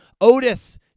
otis